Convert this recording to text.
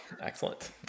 Excellent